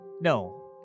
No